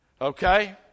Okay